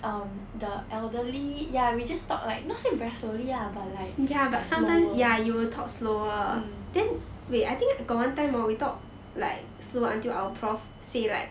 um the elderly ya we just talk like not say very slowly lah but like slower mm then